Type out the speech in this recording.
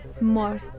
more